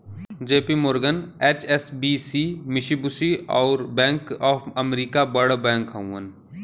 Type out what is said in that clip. JP Morgan, HSBC, Mitsubishi, अउर bank of America बड़ बैंक हउवन